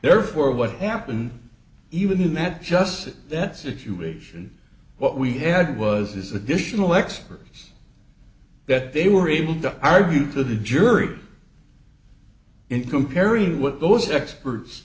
therefore what happened even that just in that situation what we had was this additional expertise that they were able to argue to the jury in comparing what those experts